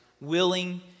willing